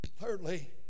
Thirdly